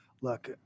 look